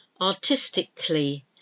Artistically